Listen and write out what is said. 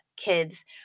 kids